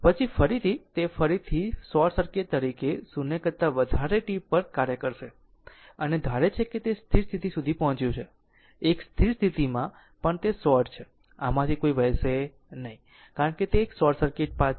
પછી ફરીથી તે ફરીથી શોર્ટ સર્કિટ તરીકે 0 કરતા વધારે t પર કાર્ય કરશે અને ધારે છે કે તે સ્થિર સ્થિતિ સુધી પહોંચ્યું છે એક સ્થિર સ્થિતિમાં પણ કે તે શોર્ટ છે આમાંથી કોઈ વહેશે નહીં કારણ કે આ એક શોર્ટ સર્કિટ પાથ છે